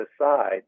aside